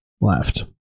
left